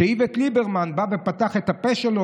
כשאיווט ליברמן בא ופתח את הפה שלו